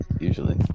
usually